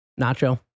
Nacho